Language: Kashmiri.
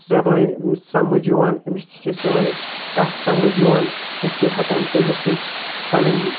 زبٲنۍ سمٕجھ یِوان أمِس تہِ چھِ سٲنۍ کَتھ سَمٕجھ یِوان أسۍ چھِ ہٮ۪کان تیٚمِس سۭتۍ پَںٕنۍ